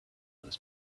this